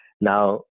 Now